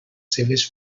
seves